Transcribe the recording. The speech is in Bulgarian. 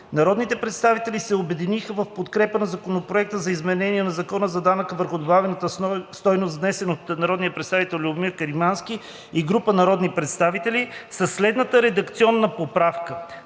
народните представители се обединиха в подкрепа на Законопроекта за изменение на Закона за данък върху добавената стойност, внесен от народния представител Любомир Каримански и група народни представители със следната редакционна поправка: